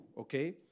okay